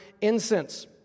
incense